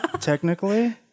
Technically